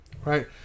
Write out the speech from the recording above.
right